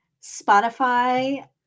Spotify